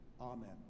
Amen